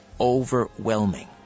overwhelming